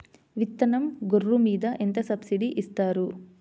విత్తనం గొర్రు మీద ఎంత సబ్సిడీ ఇస్తారు?